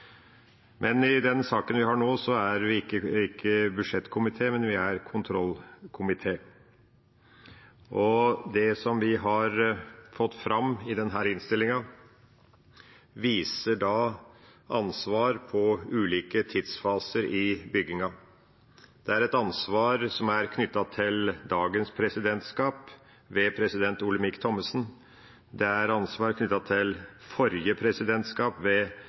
Men i den saken vi har nå, er vi ikke budsjettkomité; vi er kontrollkomité. Det vi har fått fram i denne innstillinga, viser ansvar i ulike tidsfaser i byggingen. Det er et ansvar som er knyttet til dagens presidentskap, ved president Olemic Thommessen, det er ansvar knyttet til forrige presidentskap,